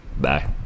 Bye